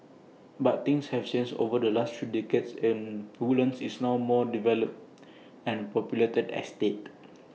but things have changed over the last three decades and Woodlands is now more developed and populated estate